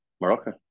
Morocco